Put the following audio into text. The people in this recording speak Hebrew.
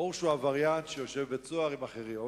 ברור שהוא עבריין שיושב בבית-סוהר עם אחרים.